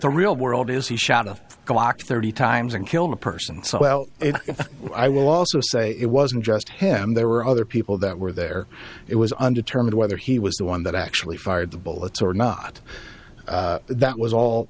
the real world is he shot a glock thirty times and killed a person so well i will also say it wasn't just him there were other people that were there it was undetermined whether he was the one that actually fired the bullets or not that was all